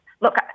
Look